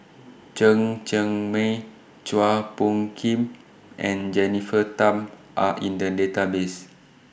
Chen Cheng Mei Chua Phung Kim and Jennifer Tham Are in The Database